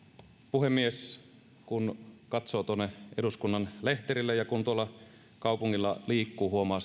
puhemies kun katsoo tuonne eduskunnan lehterille ja kun tuolla kaupungilla liikkuu huomaa